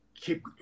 keep